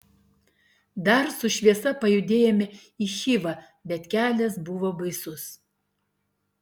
dar su šviesa pajudėjome į chivą bet kelias buvo baisus